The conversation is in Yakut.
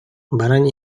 баран